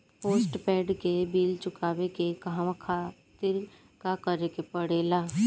Postpaid के bill चुकावे के कहवा खातिर का करे के पड़ें ला?